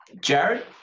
jared